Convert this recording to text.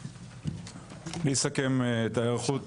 אני אסכם את ההיערכות.